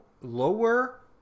lower